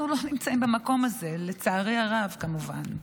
אנחנו לא נמצאים במקום הזה, לצערי הרב, כמובן.